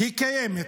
קיימת